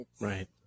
Right